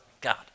God